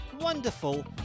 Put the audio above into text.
wonderful